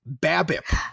BABIP